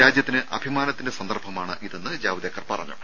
രാജ്യത്തിന് അഭിമാനത്തിന്റെ സന്ദർഭമാണ് ഇതെന്ന് ജാവ്ദേക്കർ പറഞ്ഞു